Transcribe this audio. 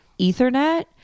Ethernet